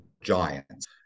giants